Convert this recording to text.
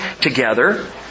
together